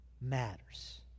matters